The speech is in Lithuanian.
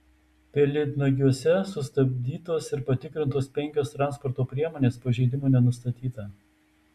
pelėdnagiuose sustabdytos ir patikrintos penkios transporto priemonės pažeidimų nenustatyta